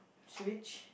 should we ch~